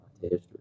history